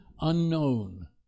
unknown